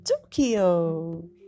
tokyo